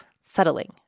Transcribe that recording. settling